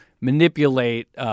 manipulate